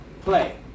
play